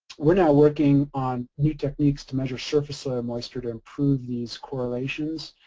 we're now working on new techniques to measure surface soil moisture to improve these correlations.